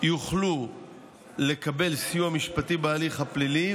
יוכלו לקבל סיוע משפטי בהליך הפלילי,